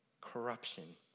corruption